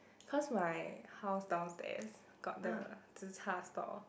cause my house downstairs got the zi char stall